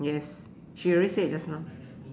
yes she already said just now